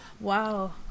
Wow